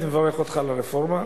אני באמת מברך אותך על הרפורמה.